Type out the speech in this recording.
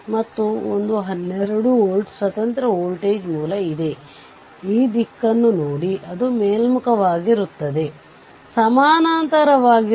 ಆದ್ದರಿಂದ ಥೆವೆನಿನ್ ಪ್ರತಿರೋಧ RThevenin ಅನ್ನು ಕಂಡುಹಿಡಿಯಲು 2 ಪ್ರಕರಣಗಳನ್ನು ಪರಿಗಣಿಸುವ ಅಗತ್ಯವಿದೆ